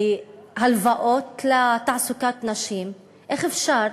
להלוואות לתעסוקת נשים, איך אפשר